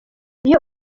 iyo